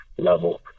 level